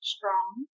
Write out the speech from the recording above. Strong